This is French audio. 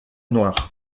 noire